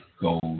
gold